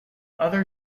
other